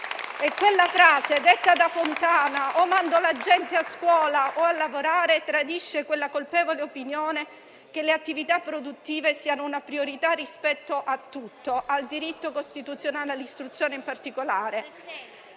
la gente che va a lavoro, o riduciamo la gente che va a scuola», tradisce quella colpevole opinione che le attività produttive siano una priorità rispetto a tutto, al diritto costituzionale all'istruzione in particolare.